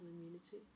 immunity